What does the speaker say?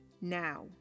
now